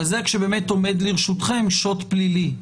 אבל זה כשבאמת עומד לרשותכם שוד פלילי.